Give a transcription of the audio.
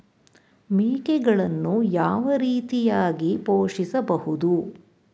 ಮೇಕೆಗಳನ್ನು ಯಾವ ರೀತಿಯಾಗಿ ಪೋಷಿಸಬಹುದು?